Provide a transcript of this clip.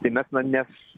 tai mes na nes